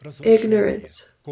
ignorance